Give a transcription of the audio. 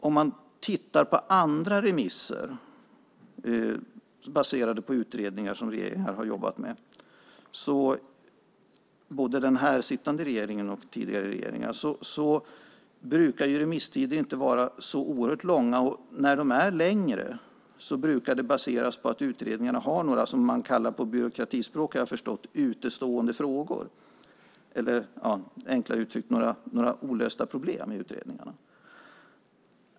Om man tittar på andra remisser baserade på utredningar som regeringen har jobbat med - både den sittande regeringen och tidigare regeringar - brukar remisstider inte vara så oerhört långa, och när de är längre brukar det baseras på att utredningarna har några, som man kallar det på byråkratispråk, har jag förstått, "utestående frågor" eller, enklare uttryckt, några olösta problem i utredningarna.